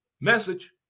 Message